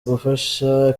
gufasha